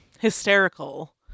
hysterical